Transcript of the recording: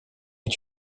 est